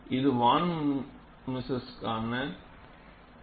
இது வான் மைசஸுக்கானது